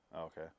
Okay